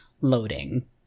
loading